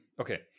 okay